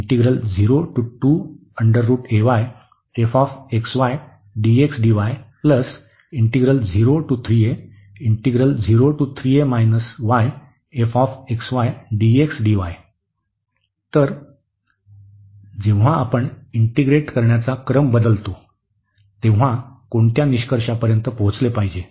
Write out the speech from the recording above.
तर जेव्हा आपण इंटीग्रेट करण्याचा क्रम बदलतो तेव्हा कोणत्या निष्कर्षापर्यंत पोहोचले पाहिजे